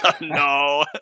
No